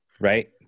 right